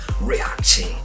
reacting